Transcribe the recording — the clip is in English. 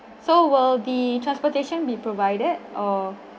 so will the transportation be provided or